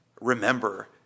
remember